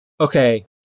okay